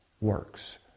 works